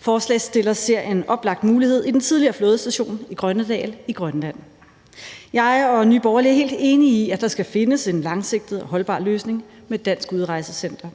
Forslagsstillerne ser en oplagt mulighed i den tidligere flådestation i Grønnedal i Grønland. Jeg og Nye Borgerlige er helt enige i, at der skal findes en langsigtet og holdbar løsning med et dansk udrejsecenter.